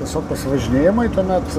tiesiog pasivažinėjimai tuomet